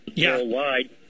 worldwide